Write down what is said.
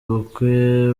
ubukwe